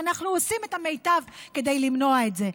ואנחנו עושים את המיטב כדי למנוע את זה.